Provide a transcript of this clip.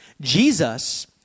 Jesus